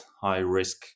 high-risk